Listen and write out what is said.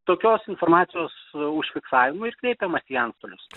tokios informacijos užfiksavimui ir kreipiamasi į antstolius